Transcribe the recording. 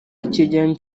icyegeranyo